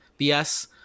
bs